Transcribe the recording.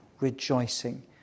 rejoicing